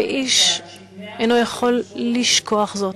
ואיש אינו יכול לשכוח זאת,